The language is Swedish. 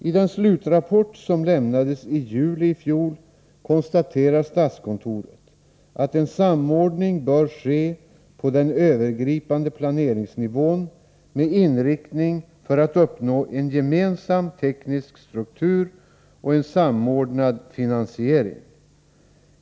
I den slutrapport som lämnades i juli i fjol konstaterar statskontoret att en samordning bör ske på den övergripande planeringsnivån med inriktning att uppnå en gemensam teknisk struktur och en samordnad finansiering.